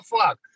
fuck